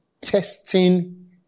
testing